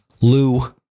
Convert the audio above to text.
Lou